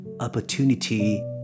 opportunity